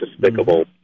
despicable